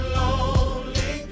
lonely